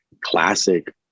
classic